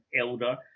Elder